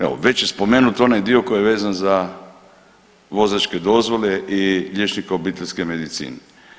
Evo, već je spomenut onaj dio koji je vezan za vozačke dozvole i liječnika obiteljske medicine.